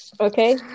Okay